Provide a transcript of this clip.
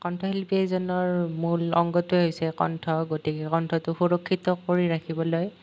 কণ্ঠশিল্পী এজনৰ মূল অংগটোৱেই হৈছে কণ্ঠ গতিকে কণ্ঠটো সুৰক্ষিত কৰি ৰাখিবলৈ